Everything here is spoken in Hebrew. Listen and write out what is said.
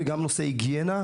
גם נושא היגיינה,